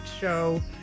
show